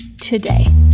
today